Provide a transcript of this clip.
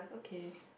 okay